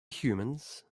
humans